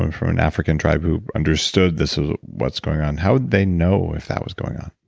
and for an african tribe who understood this is what's going on. how would they know if that was going on?